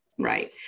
Right